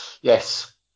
yes